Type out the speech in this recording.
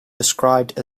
described